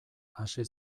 hasi